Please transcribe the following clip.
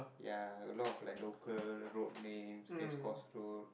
ya a lot of like local road name place cross road